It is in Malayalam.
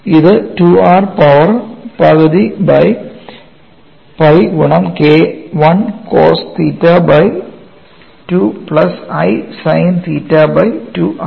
ഇത് 2 r പവർ പകുതി ബൈ pi ഗുണം K I cos theta by 2 plus i sine theta by 2 ആണ്